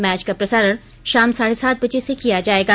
match का प्रसारण शाम साढ़े सात बजे से किया जायेगा